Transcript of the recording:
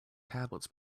tablets